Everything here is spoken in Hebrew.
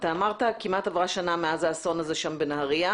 אמרת שעברה כמעט שנה מאז האסון הזה בנהריה.